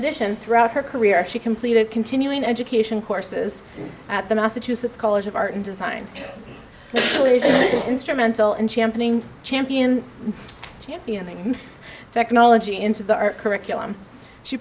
ddition throughout her career she completed continuing education courses at the massachusetts college of art and design instrumental in championing champion championing technology into our curriculum she